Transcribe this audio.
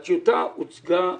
הטיוטה הוצגה